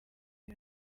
iri